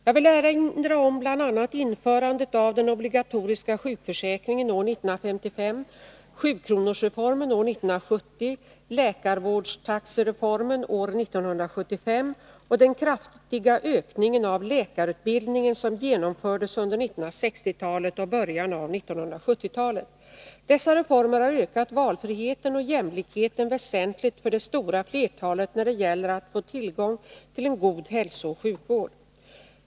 Jag vill erinra om bl.a. införandet av den obligatoriska sjukförsäkringen år 1955, sjukronorsreformen år 1970, läkarvårdstaxereformen år 1975 och den kraftiga ökningen av läkarutbildningen som genomfördes under 1960-talet och början av 1970-talet. Dessa reformer har ökat valfriheten och jämlikheten väsentligt för det stora flertalet när det gäller att få tillgång till en god hälsooch sjukvård.